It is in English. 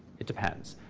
it depends.